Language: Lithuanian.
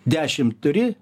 dešim turi